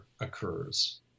occurs